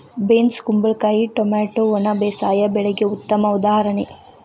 beans ಕುಂಬಳಕಾಯಿ tomato ಒಣ ಬೇಸಾಯ ಬೆಳೆಗೆ ಉತ್ತಮ ಉದಾಹರಣೆ